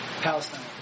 Palestine